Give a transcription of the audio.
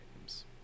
games